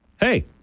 Hey